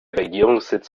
regierungssitz